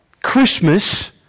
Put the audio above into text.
Christmas